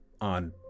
on